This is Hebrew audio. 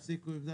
תפסיקו עם זה.